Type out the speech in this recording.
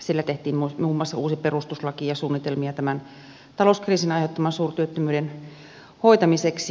siellä tehtiin muun muassa uusi perustuslaki ja suunnitelmia tämän talouskriisin aiheuttaman suurtyöttömyyden hoitamiseksi